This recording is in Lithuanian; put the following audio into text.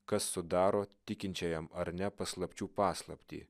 kas sudaro tikinčiajam ar ne paslapčių paslaptį